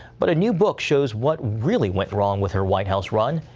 but a new book shows what really went wrong with her white house run.